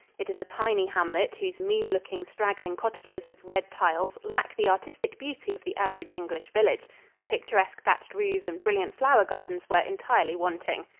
it is a tiny hamlet, whose mean-looking, straggling cottages with red tiles lack the artistic beauty of the average english village the picturesque, thatched roofs and brilliant flower gardens were entirely wanting.